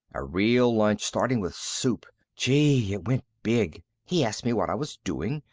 a real lunch, starting with soup. gee! it went big. he asked me what i was doing.